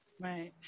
Right